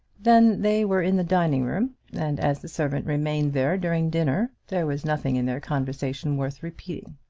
then they were in the dining-room, and as the servant remained there during dinner, there was nothing in their conversation worth repeating.